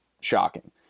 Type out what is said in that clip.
shocking